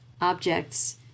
objects